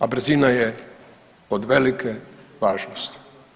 A brzina je od velike važnosti.